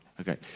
okay